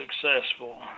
successful